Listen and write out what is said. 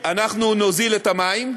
אנחנו נוזיל את המים.